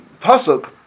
pasuk